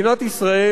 מדינת ישראל,